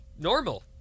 normal